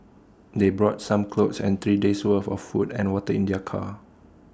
they brought some clothes and three days' worth of food and water in their car